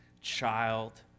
child